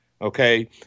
Okay